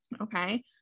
okay